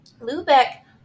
Lubeck